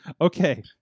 okay